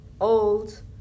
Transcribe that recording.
old